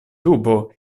dubo